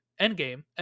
Endgame